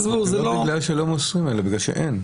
זה לא שלא מוסרים אלא אין.